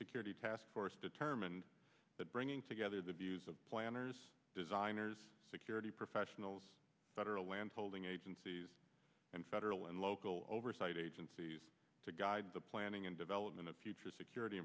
security task force determined that bringing together the views of planners designers security professionals federal land holding agencies and federal and local oversight agencies to guide the planning and development of future security